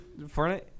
Fortnite